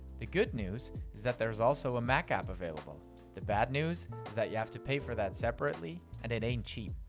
the good news is that there's also a mac app the bad news is that you have to pay for that separately, and it ain't cheap.